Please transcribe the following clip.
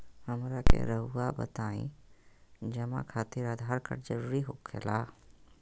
हमरा के रहुआ बताएं जमा खातिर आधार कार्ड जरूरी हो खेला?